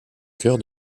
cœur